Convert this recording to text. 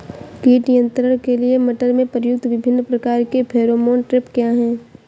कीट नियंत्रण के लिए मटर में प्रयुक्त विभिन्न प्रकार के फेरोमोन ट्रैप क्या है?